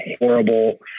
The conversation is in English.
horrible